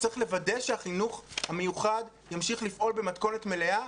צריך לוודא שהחינוך המיוחד ימשיך לפעול במתכונת מלאה,